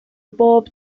bob